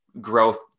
growth